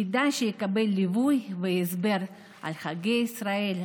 כדאי שיקבל ליווי והסבר על חגי ישראל,